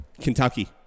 Kentucky